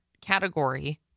category